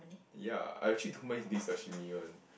ya I actually don't mind eating sashimi one